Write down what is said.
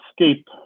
escape